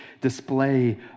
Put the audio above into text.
display